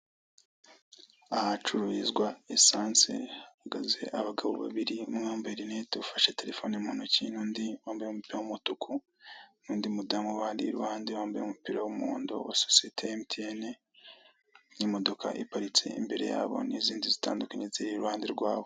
Ahacururizwa esanse hahagaze abagabo babiri, umwe wambaye rinete ufashe telefone mu ntoki n'undi wambaye umupira w'umutuku, n'undi mudamu ubari iruhande wambaye umupira w'umuhondo wa sosiyete ya emutiyeni n'imodoka iparitse imbere ya bo n'izindi zitandukanye ziri iruhande rwabo.